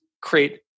create